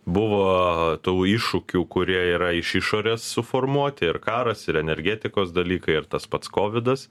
buvo tų iššūkių kurie yra iš išorės suformuoti ir karas ir energetikos dalykai ir tas pats kovidas